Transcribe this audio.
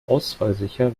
ausfallsicher